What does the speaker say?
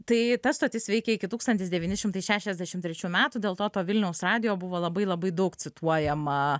tai ta stotis veikė iki tūkstantis devyni šimtai šešiasdešim trečių metų dėl to to vilniaus radijo buvo labai labai daug cituojama